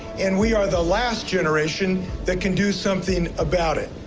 and we are the last generation that can do something about it.